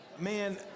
Man